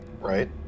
right